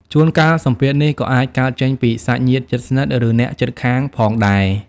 ជួនកាល សម្ពាធនេះក៏អាចកើតចេញពីសាច់ញាតិជិតស្និទ្ធ ឬអ្នកជិតខាងផងដែរ។